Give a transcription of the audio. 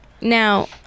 now